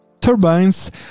turbines